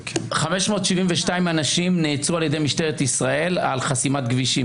572 אנשים נעצרו על ידי משטרת ישראל על חסימת כבישים.